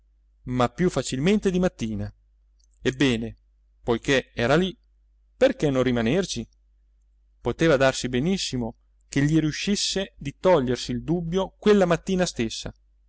ma più facilmente di mattina ebbene poiché era lì perché non rimanerci poteva darsi benissimo che gli riuscisse di togliersi il dubbio quella mattina stessa